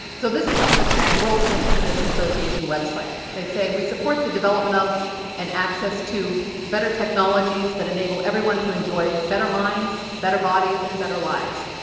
so this is from the and world transhumanist association website. they say, we support the development of an access to better technologies that enable everyone to enjoy better minds, better bodies and better lives.